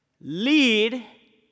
lead